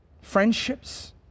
friendships